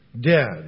dead